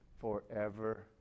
forever